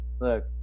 look